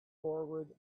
forward